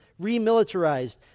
remilitarized